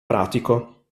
pratico